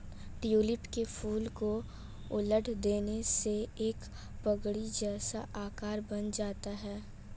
tulip के फूल को उलट देने से एक पगड़ी जैसा आकार बन जाता है